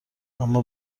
اما